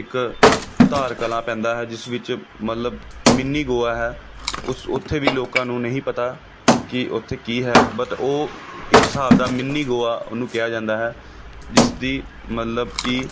ਇੱਕ ਧਾਰਕਲਾਂ ਪੈਂਦਾ ਹੈ ਜਿਸ ਵਿੱਚ ਮਤਲਬ ਮਿੰਨੀ ਗੋਆ ਹੈ ਉਸ ਉੱਥੇ ਵੀ ਲੋਕਾਂ ਨੂੰ ਨਹੀਂ ਪਤਾ ਕਿ ਉੱਥੇ ਕੀ ਹੈ ਬਟ ਉਹ ਇੱਕ ਹਿਸਾਬ ਦਾ ਮਿੰਨੀ ਗੋਆ ਉਹਨੂੰ ਕਿਹਾ ਜਾਂਦਾ ਹੈ ਜਿਸਦੀ ਮਤਲਬ ਕਿ